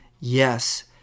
Yes